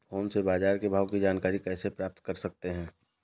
Phone से बाजार के भाव की जानकारी कैसे प्राप्त कर सकते हैं?